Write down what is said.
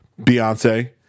Beyonce